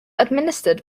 administered